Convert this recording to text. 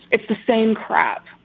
it's the same crap,